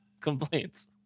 complaints